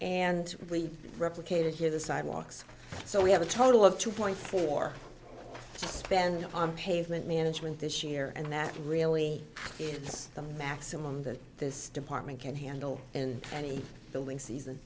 and we replicated here the sidewalks so we have a total of two point four spend on pavement management this year and that really is the maximum that this department can handle and any building season